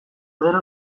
gero